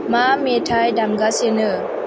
मा मेथाय दामगासिनो